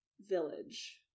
village